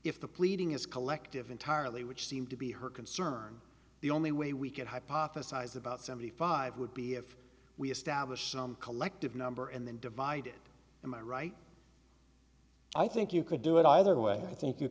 if the pleading is collective entirely which seemed to be her concern the only way we could hypothesize about seventy five would be if we establish collective number and then divided am i right i think you could do it either way i think you